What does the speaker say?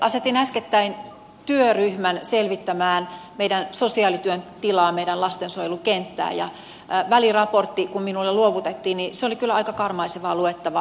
asetin äskettäin työryhmän selvittämään meidän sosiaalityön tilaa meidän lastensuojelukenttää ja kun väliraportti minulle luovutettiin se oli kyllä aika karmaisevaa luettavaa